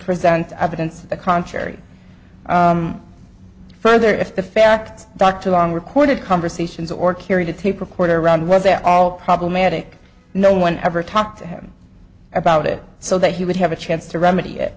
present evidence to the contrary further if the fact dr long recorded conversations or carried a tape recorder around was that all problematic no one ever talked to him about it so that he would have a chance to remedy it